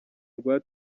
rwa